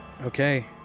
Okay